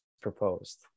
proposed